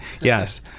Yes